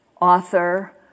author